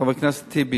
חבר הכנסת טיבי,